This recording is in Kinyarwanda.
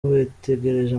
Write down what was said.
bategereje